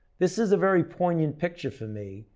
this is a very poignant picture for me.